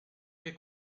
che